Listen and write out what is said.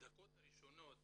מדקות הראשונות